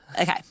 Okay